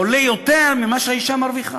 עולים יותר ממה שהאישה מרוויחה.